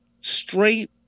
straight